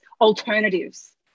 alternatives